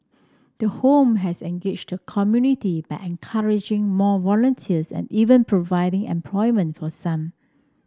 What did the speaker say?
the home has engaged the community by encouraging more volunteers and even providing employment for some